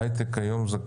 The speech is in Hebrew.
ההייטק היום הוא,